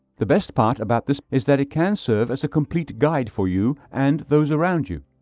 the best part about this is that it can serve as a complete guide for you and those around you.